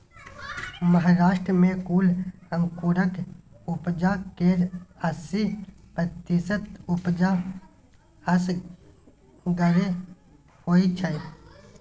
महाराष्ट्र मे कुल अंगुरक उपजा केर अस्सी प्रतिशत उपजा असगरे होइ छै